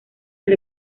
del